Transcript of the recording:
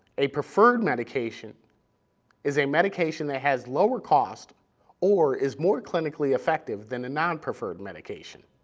a preferred medication is a medication that has lower cost or is more clinically effective than a non-preferred medication.